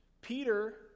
Peter